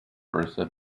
bertha